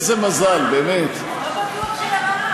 לא בטוח שלרעה.